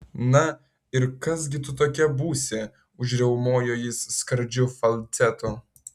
na ir kas gi tu tokia būsi užriaumojo jis skardžiu falcetu